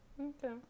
Okay